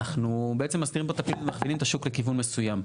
אנחנו בעצם מכווינים את השוק לכיוון מסוים.